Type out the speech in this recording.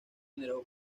generó